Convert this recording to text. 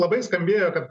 labai skambėjo kad